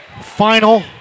final